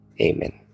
Amen